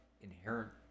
inherent